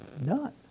None